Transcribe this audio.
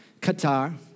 Qatar